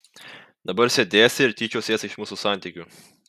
dabar sėdėsi ir tyčiosies iš mūsų santykių